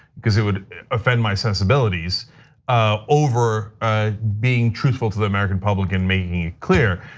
cuz it would offend my sensibilities ah over being truthful to the american public and making it clear,